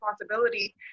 responsibility